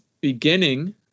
beginning